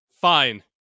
fine